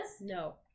No